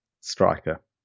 Striker